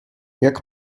jak